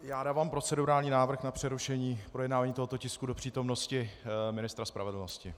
Já dávám procedurální návrh na přerušení projednávání tohoto tisku do přítomnosti ministra spravedlnosti.